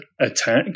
attack